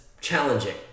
challenging